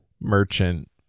merchant